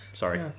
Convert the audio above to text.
Sorry